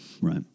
Right